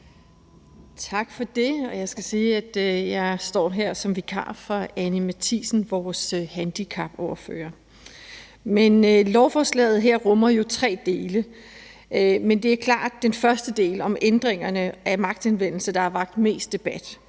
sige, at jeg står her som vikar for Anni Matthiesen, vores handicapordfører. Lovforslaget her rummer tre dele, men det er klart, at det er den første del om ændringerne af magtanvendelse, der har vakt mest debat,